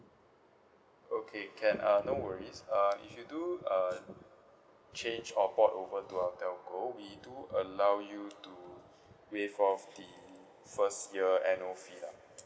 okay can uh no worries uh if you do uh change or port over to our telco we do allow you to waive off the first year annual fee lah